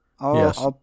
Yes